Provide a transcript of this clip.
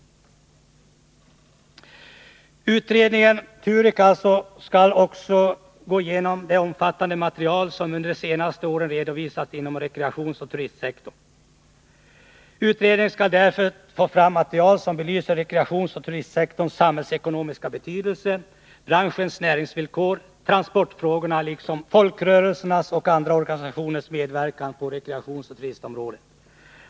TUREK skall också gå igenom det omfattande material som under senare år har redovisats inom rekreationsoch turistsektorn. Utredningen skall därtill ta fram material som belyser rekreationsoch turistsektorns samhällsekonomiska betydelse, branschens näringsvillkor och transportfrågorna liksom folkrörelsernas och andra organisationers medverkan på rekreationsoch turistområdet.